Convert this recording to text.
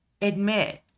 admit